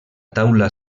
taula